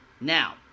Now